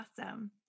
awesome